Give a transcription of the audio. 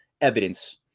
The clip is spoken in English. evidence